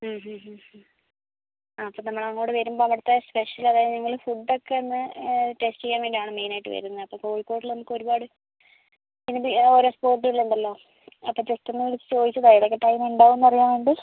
ആ അപ്പം നമ്മൾ അങ്ങോട്ട് വരുമ്പോൾ അവിടുത്തെ സ്പെഷ്യൽ അതായത് നിങ്ങള ഫുഡ്ഡ് ഒക്കെ ഒന്ന് ടേസ്റ്റ് ചെയ്യാൻ വേണ്ടി ആണ് മെയിൻ ആയിട്ട് വരുന്നത് അപ്പം കോഴിക്കോടിൽ നമുക്ക് ഒരുപാട് പിന്നെന്ത് ഓരോ സ്പോട്ടുകൾ ഉണ്ടല്ലോ അപ്പം ജസ്റ്റ് ഒന്ന് വിളിച്ച് ചോദിച്ചതാണ് ഏതൊക്കെ ടൈം ഉണ്ടാവുമെന്ന് അറിയാൻ വേണ്ടി